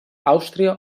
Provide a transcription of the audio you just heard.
àustria